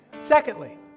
Secondly